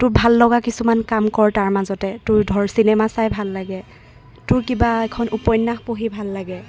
তোৰ ভাল লগা কিছুমান কাম কৰ তাৰ মাজতে তোৰ ধৰ চিনেমা চাই ভাল লাগে তোৰ কিবা এখন উপন্যাস পঢ়ি ভাল লাগে